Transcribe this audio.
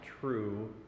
true